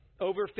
Over